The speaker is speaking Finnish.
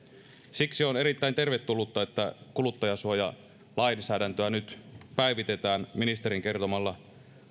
siksi on erittäin tervetullutta että kuluttajansuojalainsäädäntöä nyt päivitetään ministerin kertomalla